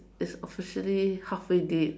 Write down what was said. it's officially halfway dead